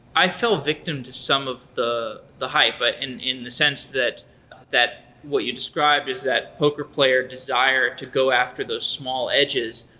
i fell victim to some of the the hype, but in in the sense that that what you described is that poker player desire to go after those small edges,